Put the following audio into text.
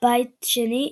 בית שני,